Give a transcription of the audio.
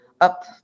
up